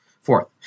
fourth